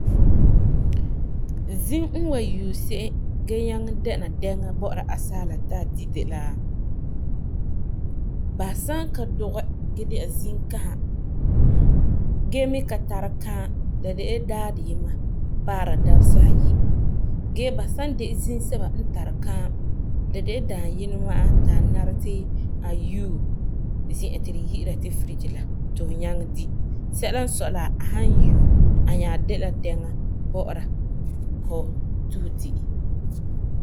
Zim n wan yuu se'em gee nyaŋɛ dɛna dɛŋa bɔ'ɔra asaala ti a di de la ba san ka duge gee dɛ'a zim kasa gee mi ka tara kaam la de la daarɛ ayima paara dabesa ayi gee ba san de la zim sɛba n tari kaam la de daayinɛ ma'a ti a nara ti a yuu zi'an ti tu yi'ira ti fridgi la ti hu nyaŋɛ di sɛla n sɔi la a nya san yuu a de dɛŋa bɔ'ɔra fu ti fu di.